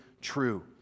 true